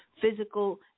physical